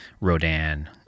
Rodan